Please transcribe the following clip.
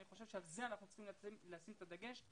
אני חושב שעל זה אנחנו צריכים לשים את הדגש,